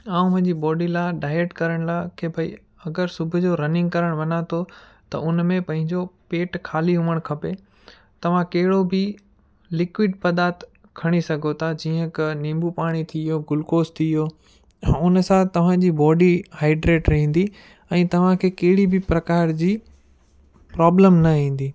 ऐं मुंहिंजी बॉडी लाइ डाइट करण लाइ की भाई अगरि सुबुह जो रनिंग करणु वञां थो त उन में पंहिंजो पेटु ख़ाली हुअणु खपे तव्हां कहिड़ो बि लिक्विड पद्धार्थ खणी सघो था जीअं की नींबू पाणी थी वियो ग्लूकोस थी वियो हुन सां तव्हांजी बॉडी हाइड्रेड रहंदी ऐं तव्हांखे कहिड़ी बि प्रकार जी प्रॉब्लम न ईंदी